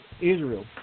Israel